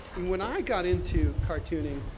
and when i got into cartooning,